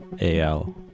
al